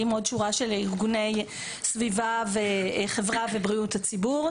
עם עוד שורה של ארגוני סביבה וחברה ובריאות הציבור,